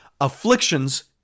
Afflictions